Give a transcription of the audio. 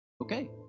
Okay